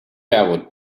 ever